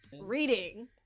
Reading